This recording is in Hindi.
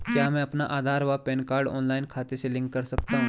क्या मैं अपना आधार व पैन कार्ड ऑनलाइन खाते से लिंक कर सकता हूँ?